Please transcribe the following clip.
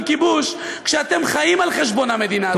כיבוש כשאתם חיים על חשבון המדינה הזאת,